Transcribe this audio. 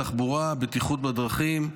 התחבורה והבטיחות בדרכים,